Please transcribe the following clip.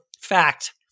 fact